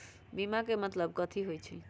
बीमा के मतलब कथी होई छई?